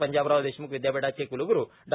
पंजाबराव देशमुख विदयापिठाचे कुलगुरू डॉ